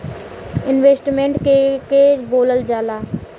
Investment के के बोलल जा ला?